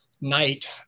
night